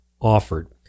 offered